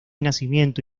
nacimiento